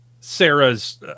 Sarah's